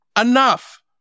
enough